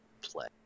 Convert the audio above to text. play